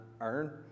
earn